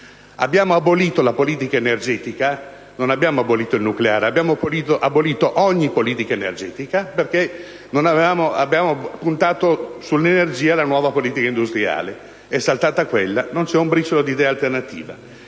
Abbiamo abolito la politica energetica: non abbiamo abolito il nucleare, ma abbiamo abolito ogni politica energetica, perché avevamo puntato sull'energia nucleare per la nuova politica industriale e, saltata quella, non c'è un briciolo di idea alternativa.